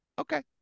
okay